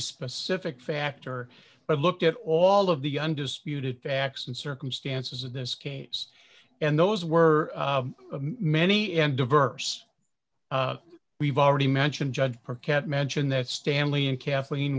specific factor but look at all of the undisputed facts and circumstances of this case and those were many and diverse we've already mentioned judge per cat mention that stanley and kathleen